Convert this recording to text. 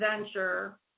venture